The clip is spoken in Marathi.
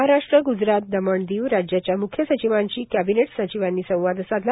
महाराष्ट्र ग्जरात दमण दीव राज्याच्या मुख्य सचिवांशी कॅबिनेट सचिवांनी संवाद साधला